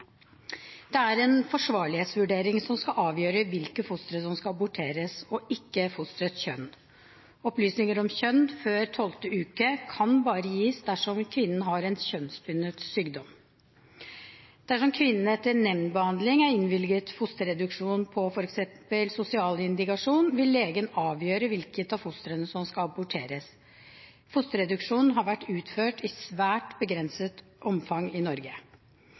Det er en forsvarlighetsvurdering som skal avgjøre hvilke fostre som skal aborteres, og ikke fosterets kjønn. Opplysninger om kjønn før tolvte uke kan bare gis dersom kvinnen har en kjønnsbundet sykdom. Dersom kvinnen etter nemndbehandling er innvilget fosterreduksjon på f.eks. sosial indikasjon, vil legen avgjøre hvilket av fostrene som skal aborteres. Fosterreduksjon har vært utført i svært begrenset omfang i Norge.